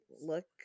look